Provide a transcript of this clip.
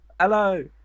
hello